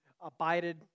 abided